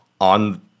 on